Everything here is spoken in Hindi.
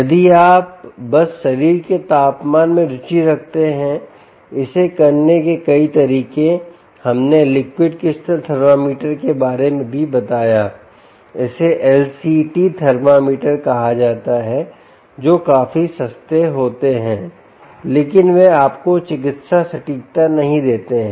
यदि आप बस शरीर का तापमान में रुचि रखते हैं इसे करने के कई तरीके हमने लिक्विड क्रिस्टल थर्मामीटर के बारे में भी बताया इसे LCT थर्मामीटर कहा जाता है जो काफी सस्ते होते हैं लेकिन वे आपको चिकित्सा सटीकता नहीं देते हैं